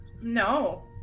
No